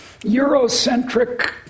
eurocentric